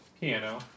piano